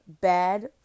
Bad